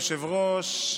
אדוני היושב-ראש,